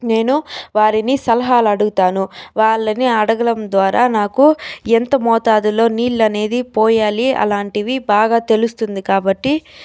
నేను వారిని సలహాలడుగుతాను వాళ్ళని అడగడం ద్వారా నాకు ఎంత మోతాదులో నీళ్లనేది పోయాలి అలాంటివి బాగా తెలుస్తుంది కాబట్టి